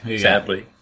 Sadly